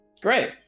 Great